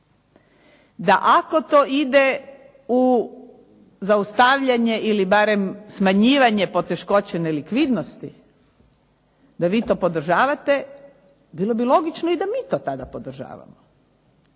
da ako to ide u zaustavljanje ili barem smanjivanje poteškoće nelikvidnosti da vi to podržavate, bilo bi logično da i mi to tada podržavamo.